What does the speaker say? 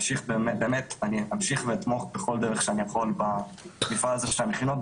באמת אני אמשיך ואתמוך בכל מה שאני יכול במפעל הזה של המכינות,